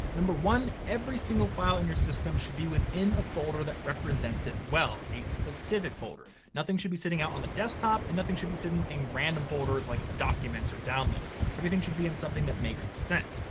number one, every single file in your system should be within a folder that represents it well, a specific folder. nothing should be sitting out on the desktop, and nothing should be sitting in random folders, like documents or downloads. everything should be in something that makes sense.